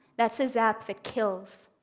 that's the zap that kills.